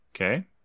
Okay